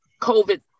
COVID